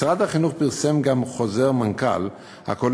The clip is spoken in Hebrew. משרד החינוך פרסם גם חוזר מנכ"ל ובו